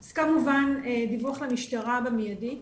אז כמובן דיווח למשטרה במיידית.